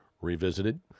Revisited